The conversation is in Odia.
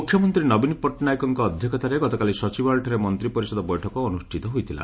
ମୁଖ୍ୟମନ୍ତୀ ନବୀନ ପଟ୍ଟନାୟକଙ୍କ ଅଧ୍ୟକ୍ଷତାରେ ଗତକାଲି ସଚିବାଳୟଠାରେ ମନ୍ତି ପରିଷଦ ବୈଠକ ଅନୁଷ୍ଠିତ ହୋଇଥିଲା